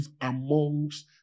amongst